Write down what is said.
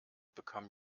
bekam